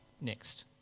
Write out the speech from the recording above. next